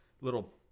little